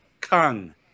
Kang